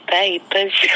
papers